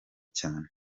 cyane